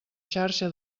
xarxa